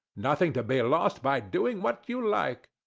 nothing to be lost by doing what you like.